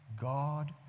God